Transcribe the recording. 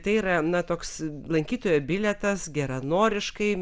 tai yra na toks lankytojo bilietas geranoriškai